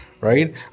right